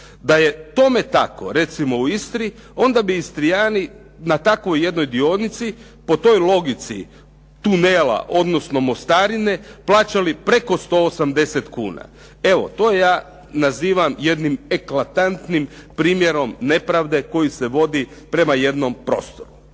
Da je tome tako recimo u Istri, onda bi Istrijani na takvoj jednoj dionici po toj logici tunela odnosno mostarine, plaćali preko 180 kuna. Evo, to ja nazivam jednim eklatantnim primjerom nepravde koju se vodi prema jednom prostoru.